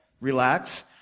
Relax